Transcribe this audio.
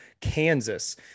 Kansas